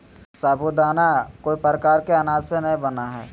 साबूदाना कोय प्रकार के अनाज से नय बनय हइ